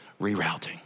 rerouting